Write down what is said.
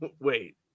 Wait